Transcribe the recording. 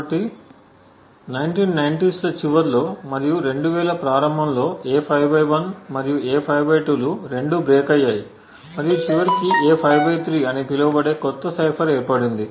కాబట్టి 1990 ల చివర్లో మరియు 2000 ల ప్రారంభంలో A51 మరియు A52 రెండూ బ్రేక్ అయ్యాయి మరియు చివరికి A53 అని పిలువబడే కొత్త సైఫర్ ఏర్పడింది